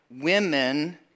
women